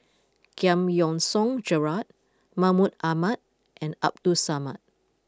Giam Yean Song Gerald Mahmud Ahmad and Abdul Samad